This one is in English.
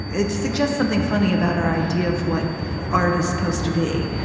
it suggests something funny about our idea of what artists supposed to be.